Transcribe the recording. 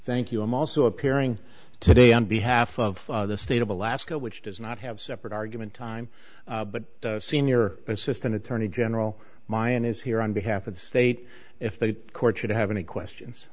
thank you i'm also appearing today on behalf of the state of alaska which does not have separate argument time but senior assistant attorney general mion is here on behalf of the state if the court should have any questions